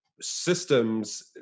systems